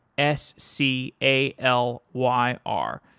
s c a l y r.